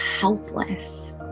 helpless